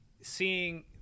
seeing